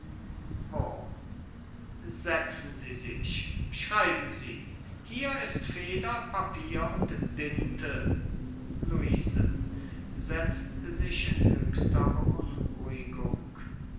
setzen sie sich schreiben sie hier ist feder papier und dinte luise